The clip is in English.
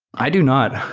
i do not.